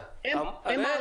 הוא עבר